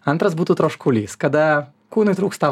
antras būtų troškulys kada kūnui trūksta